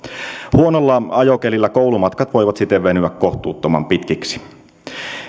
huonolla ajokelillä koulumatkat voivat siten venyä kohtuuttoman pitkiksi